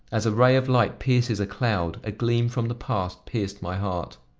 as a ray of light pierces a cloud, a gleam from the past pierced my heart.